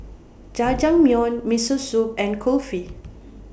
Jajangmyeon Miso Soup and Kulfi